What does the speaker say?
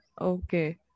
Okay